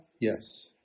yes